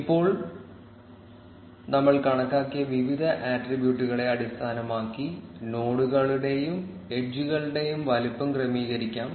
ഇപ്പോൾ ഞങ്ങൾ കണക്കാക്കിയ വിവിധ ആട്രിബ്യൂട്ടുകളെ അടിസ്ഥാനമാക്കി നോഡുകളുടെയും എഡ്ജുകളുടെയും വലുപ്പം ക്രമീകരിക്കാം